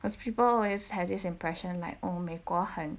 cause people always have this impression like oh 美国很